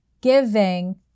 giving